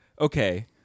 okay